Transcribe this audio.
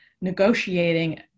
negotiating